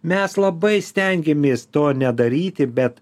mes labai stengiamės to nedaryti bet